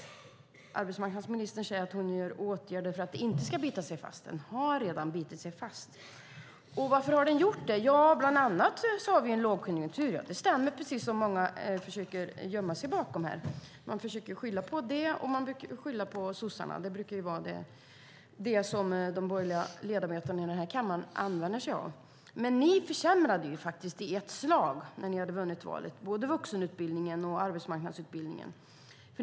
Trots att arbetsmarknadsministern säger sig vidta åtgärder för att den inte ska bita sig fast har den alltså gjort det. Varför? Jo, bland annat har vi en lågkonjunktur, vilket många försöker gömma sig bakom. De borgerliga ledamöterna skyller på den och på sossarna, som de brukar. Men när ni hade vunnit valet försämrade ni i ett slag både vuxenutbildningen och arbetsmarknadsutbildningen.